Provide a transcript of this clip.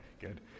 good